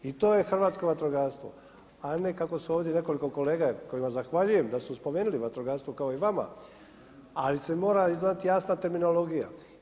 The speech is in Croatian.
I to je hrvatsko vatrogastvo, a ne kako su ovdje nekoliko kolege kojima zahvaljujem da su spomenuli vatrogastvo kao i vama, ali se mora znati jasna terminologija.